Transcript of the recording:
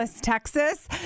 Texas